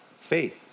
faith